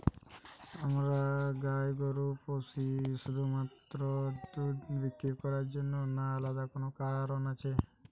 আমরা গাই গরু পুষি শুধুমাত্র দুধ বিক্রি করার জন্য না আলাদা কোনো কারণ আছে?